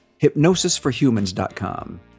hypnosisforhumans.com